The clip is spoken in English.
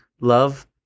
Love